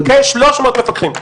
כ-300 מפקחים.